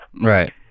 Right